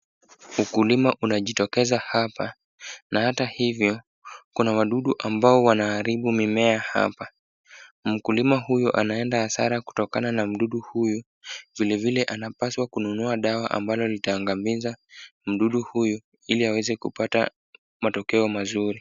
Ukulima unajitokeza hapa na hata hivyo, kuna wadudu ambao wanaharibu mimea hapa. Mkulima huyu anaenda hasara kutokana na mdudu huyu, vilevile anapaswa kunua dawa ambalo litaangamiza mdudu huyu, ili aweze kupata matokeo mazuri.